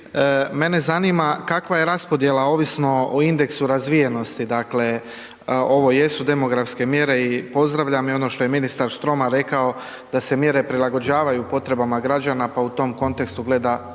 mene zanima kakva je raspodjela ovisno o indeksu razvijenosti, dakle ovo jesu demografske mjere i pozdravljam i ono što je ministar Štromar rekao da se mjere prilagođavaju potrebama građana pa u tom kontekstu treba gledati